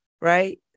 right